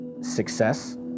success